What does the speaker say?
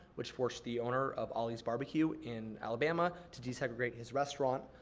which forced the owner of ollie's barbecue in alabama to desegregate his restaurant,